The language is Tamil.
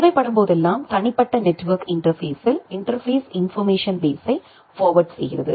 தேவைப்படும் போதெல்லாம் தனிப்பட்ட நெட்வெர்க் இன்டர்பேஸ்ஸில் இன்டர்பேஸ் இன்போர்மேஷன் பேஸ்ஸை ஃபார்வேர்ட் செய்கிறது